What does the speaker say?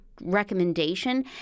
recommendation